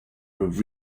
with